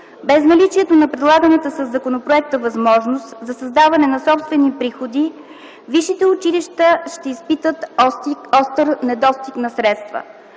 Без наличието на предлаганата със законопроекта възможност за създаване на собствени приходи, висшите училища ще изпитат остър недостиг на средства.